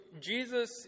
Jesus